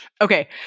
Okay